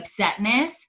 upsetness